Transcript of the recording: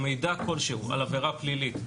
או מידע כלשהו על עברה פלילית,